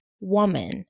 woman